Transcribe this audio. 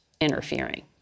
interfering